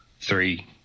three